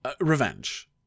revenge